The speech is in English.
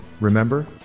remember